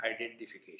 identification